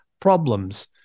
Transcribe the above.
problems